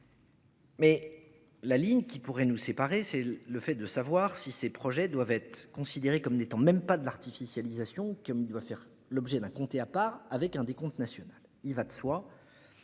Mais la ligne qui pourrait nous séparer, c'est le fait de savoir si ces projets doivent être considérés comme n'étant même pas deux l'artificialisation qui doit faire l'objet d'un comté à part avec un décompte national. Il va de soi.